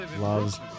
loves